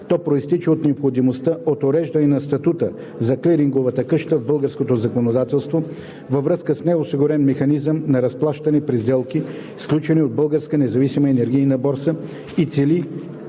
То произтича от необходимостта от уреждане на статута на клиринговата къща в българското законодателство във връзка с несигурен механизъм на разплащане при сделки, сключени от „Българска независима енергийна борса“ ЕАД,